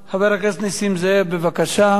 חבר הכנסת נסים זאב, בבקשה.